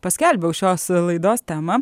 paskelbiau šios laidos temą